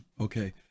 Okay